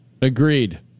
Agreed